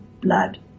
blood